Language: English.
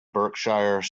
berkshire